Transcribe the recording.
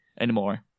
anymore